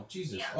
Jesus